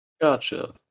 Gotcha